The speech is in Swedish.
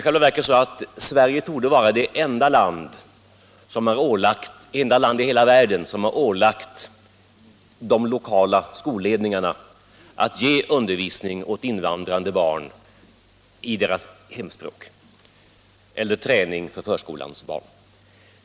I själva verket torde Sverige vara det enda land i hela världen som har ålagt de lokala skolledningarna att ge invandrade barn undervisning eller — för förskolans barn — träning i deras hemspråk.